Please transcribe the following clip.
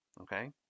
Okay